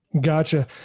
Gotcha